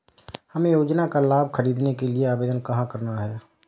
हमें योजना का लाभ ख़रीदने के लिए आवेदन कहाँ करना है?